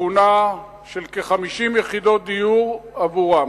שכונה של כ-50 יחידות דיור עבורם.